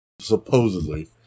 Supposedly